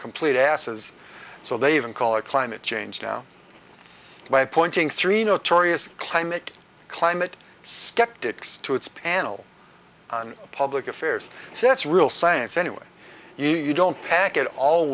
complete asses so they even call it climate change now by appointing three notorious climate climate skeptics to its panel on public affairs sets real science anyway you don't pack it all